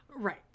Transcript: right